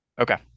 Okay